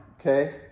Okay